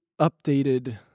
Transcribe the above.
updated